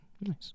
Nice